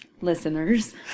Listeners